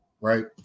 right